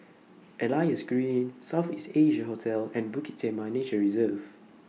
Elias Green South East Asia Hotel and Bukit Timah Nature Reserve